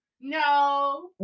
No